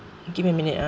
give me a minute ah